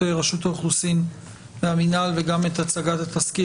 רשות האוכלוסין מהמינהל וגם את הצגת התזכיר,